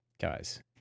guys